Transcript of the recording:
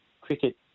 cricket